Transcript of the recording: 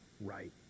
right